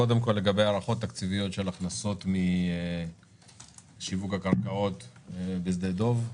קודם כל לגבי הערכות תקציביות של הכנסות משיווק הקרקעות בשדה דב,